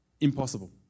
impossible